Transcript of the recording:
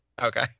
Okay